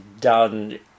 done